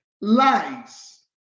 lies